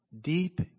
deep